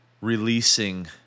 releasing